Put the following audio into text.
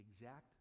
exact